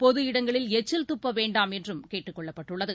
பொது இடங்களில் எச்சில் துப்ப வேண்டாம் என்றும் கேட்டுக் கொள்ளப்பட்டுள்ளது